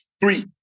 Three